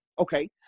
okay